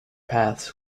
paths